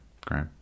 great